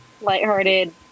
lighthearted